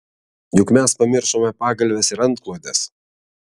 juk mes pamiršome pagalves ir antklodes